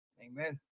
amen